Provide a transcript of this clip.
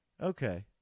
Okay